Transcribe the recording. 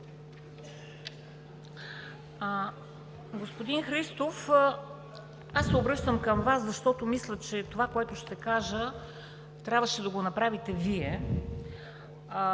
Господин Христов, обръщам се към Вас, защото мисля, че това, което ще кажа, трябваше да го направите Вие.